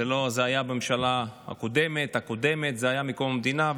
זה היה בממשלה הקודמת, זה היה מקום המדינה.